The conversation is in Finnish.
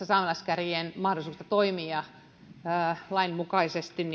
saamelaiskäräjien mahdollisuudet toimia lainmukaisesti